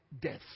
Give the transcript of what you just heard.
death